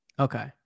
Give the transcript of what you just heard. Okay